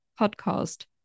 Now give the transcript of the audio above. podcast